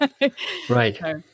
Right